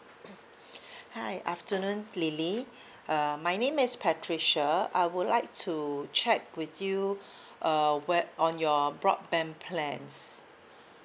hi afternoon lily uh my name is patricia would like to check with you uh web on your broadband plans